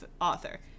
author